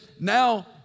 now